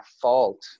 fault